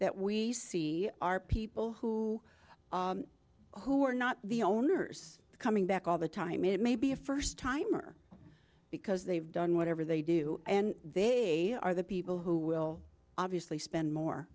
that we see are people who who are not the owners coming back all the time it may be a first timer because they've done whatever they do and they are the people who will obviously spend more